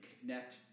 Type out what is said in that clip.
connect